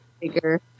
bigger